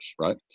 right